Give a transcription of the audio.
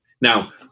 now